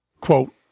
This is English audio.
quote